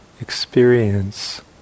experience